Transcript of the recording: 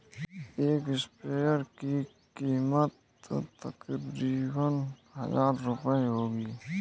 एक स्प्रेयर की कीमत तकरीबन हजार रूपए होगी